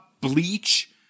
Bleach